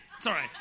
Sorry